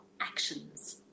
actions